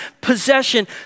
possession